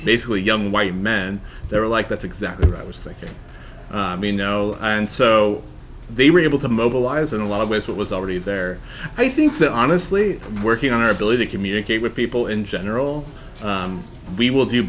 basically young white men they're like that's exactly right i was thinking i mean no and so they were able to mobilize in a lot of ways what was already there i think that honestly working on our ability to communicate with people in general we will do